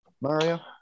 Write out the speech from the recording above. Mario